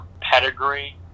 pedigree